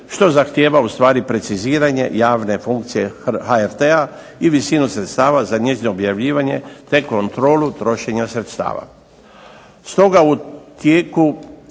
što zahtjeva ustvari preciziranje javne funkcije HRT-a i visinu sredstava za njezino objavljivanje te kontrolu trošenja sredstava.